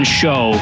show